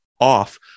off